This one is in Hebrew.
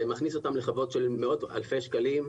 מכניס אותם לחובות של מאות אלפי שקלים.